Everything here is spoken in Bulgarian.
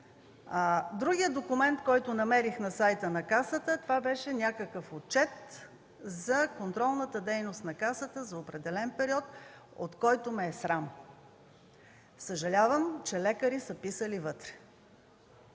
Другият документ, който намерих на сайта на Касата, това беше някакъв отчет за контролната дейност на Касата за определен период, от който ме е срам. Съжалявам, че лекари са писали вътре.